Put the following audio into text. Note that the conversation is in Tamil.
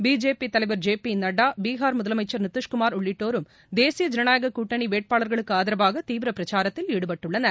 பிஜேபி தலைவர் ஜே பி நட்டா பீஹார் முதலமைச்சர் நிதீஷ்குமார் உள்ளிடடடோரும் தேசிய ஜனநாயக கூட்டணி வேட்பாளர்களுக்கு ஆதரவாக தீவிர பிரச்சாரத்தில் ஈடுபட்டுள்ளனர்